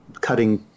cutting